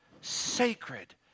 sacred